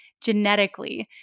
genetically